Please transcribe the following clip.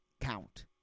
count